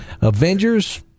Avengers